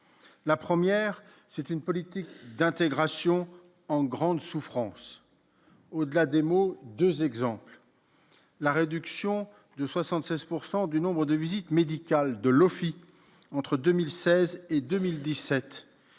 la première, c'est une politique d'intégration en grande souffrance, au-delà des mots, 2 exemples. La réduction de 76 pourcent du nombre de visites médicales de l'office entre 2016 et 2017